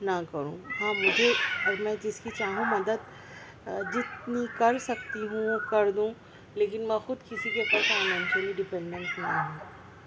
نہ کروں ہاں مجھے اور میں جس کی چاہوں مدد جتنی کر سکتی ہوں کر دوں لیکن میں خود کسی کے اوپر فائنینشلی ڈیپینڈینٹ نہ ہوں